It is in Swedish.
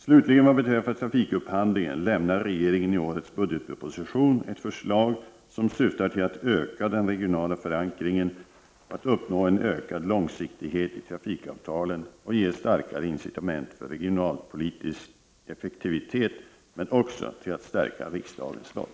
Slutligen: Vad beträffar trafikupphandlingen lämnar regeringen i årets budgetproposition ett förslag som syftar till att öka den regionala förankringen, att uppnå en ökad långsiktighet i trafikavtalen och ge starkare incitament för regionalpolitisk effektivitet men också till att stärka riksdagens roll.